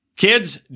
Kids